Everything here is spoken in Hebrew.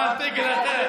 אתה על תקן אחר,